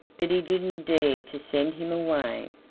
but he didn't dare to send him away,